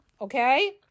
Okay